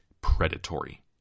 predatory